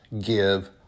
give